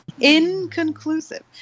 Inconclusive